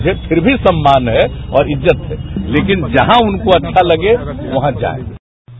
मुझे फिर भी सम्मान है और इज्जत है लेकिन जहां उनको अच्छा लगे वहां जाएं